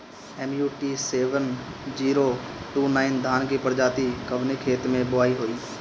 MUT seven zero two nine धान के प्रजाति कवने खेत मै बोआई होई?